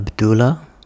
Abdullah